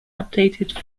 updated